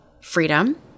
freedom